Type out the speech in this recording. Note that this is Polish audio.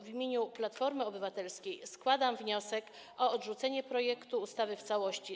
W imieniu Platformy Obywatelskiej składam wniosek o odrzucenie projektu ustawy w całości.